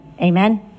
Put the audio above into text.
Amen